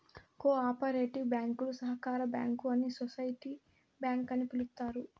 co operative బ్యాంకులు సహకార bank అని సోసిటీ బ్యాంక్ అని పిలుత్తారు